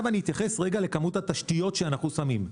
אני אתייחס לכמות התשתיות שאנחנו שמים.